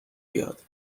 بیاد